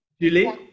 Julie